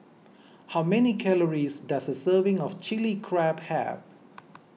how many calories does a serving of Chilli Crab have